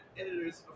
editors